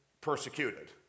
Persecuted